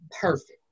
perfect